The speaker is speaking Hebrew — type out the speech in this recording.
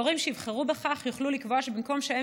הורים שיבחרו בכך יוכלו לקבוע שבמקום שהאם